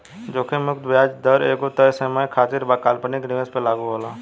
जोखिम मुक्त ब्याज दर एगो तय समय खातिर काल्पनिक निवेश पर लागू होला